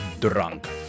Drunk